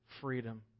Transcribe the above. freedom